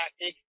tactic